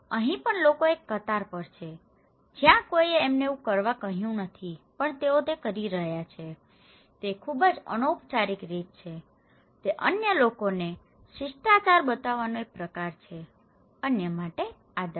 અહીં પણ લોકો એક કતાર પર છે જ્યાં કોઈએ તેમને એવું કરવા કહ્યું નહીં પણ તેઓ તે કરી રહ્યા છે તે ખૂબ જ અનૌપચારિક રીત છે તે અન્ય લોકોને શિષ્ટાચાર બતાવવાનો એક પ્રકાર છે અન્ય માટે આદર